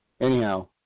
anyhow